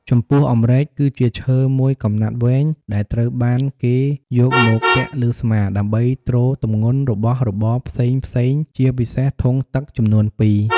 ចំពោះអម្រែក គឺជាឈើមួយកំណាត់វែង ដែលត្រូវបានគេយកមកពាក់លើស្មា ដើម្បីទ្រទម្ងន់របស់របរផ្សេងៗ ជាពិសេសធុងទឹកចំនួនពីរ។